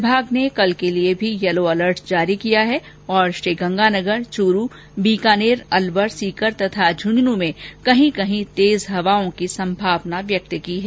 विभाग ने कल के लिए भी येलो अलर्ट जारी किया है और श्रीगंगानगर चूरू बीकानेर अलवर सीकर तथा झुंझुनू में कहीं कहीं तेज हवाओं की संभावना व्यक्त की है